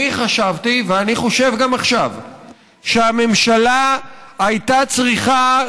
אני חשבתי ואני חושב גם עכשיו שהממשלה הייתה צריכה,